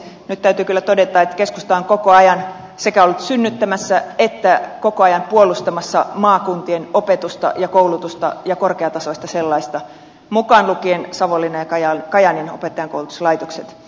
nyt täytyy kyllä todeta että keskusta on koko ajan ollut sekä synnyttämässä että koko ajan puolustamassa maakuntien opetusta ja koulutusta ja korkeatasoista sellaista mukaan lukien savonlinnan ja kajaanin opettajankoulutuslaitokset